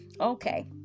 Okay